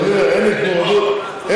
אז אני אומר: אין מעורבות פוליטית,